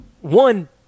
one